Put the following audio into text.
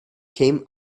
came